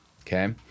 Okay